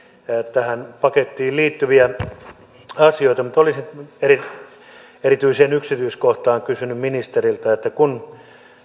tähän pakettiin liittyviä asioita mutta olisin erityistä yksityiskohtaa kysynyt ministeriltä kun